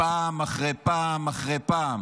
פעם אחר פעם אחר פעם